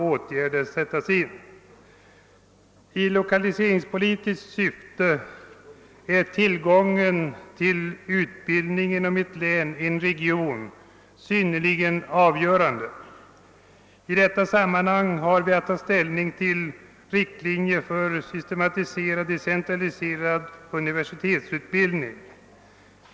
Från lokaliseringspolitisk synpunkt är tillgången på utbildning inom ett län eller en region av avgörande betydelse. i Vi har i detta sammanhang att ta ställning till frågan om riktlinjerna för försöksverksamheten med systematiserad: decentraliserad universitetsutbildning.